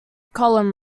column